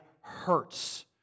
hurts